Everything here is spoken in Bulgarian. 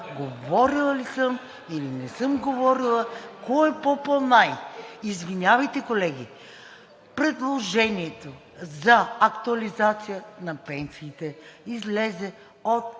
говорила ли съм, или не съм говорила? Кой е по-по-най-? Извинявайте, колеги, предложението за актуализация на пенсиите излезе от